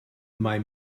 mai